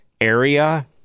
area